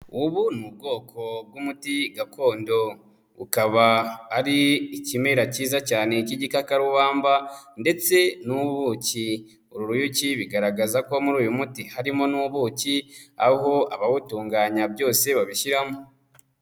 Ubu ni ubwoko bw'umuti gakondo, ukaba ari ikimera cyiza cyane cy'igikakarubamba ndetse n'ubuki. Uru ruyuki bigaragaza ko muri uyu muti harimo n'ubuki aho abawutunganya byose babishyiramo.